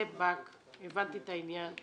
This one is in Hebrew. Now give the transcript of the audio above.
הבנתי את העניין.